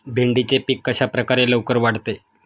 भेंडीचे पीक कशाप्रकारे लवकर वाढते?